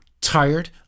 tired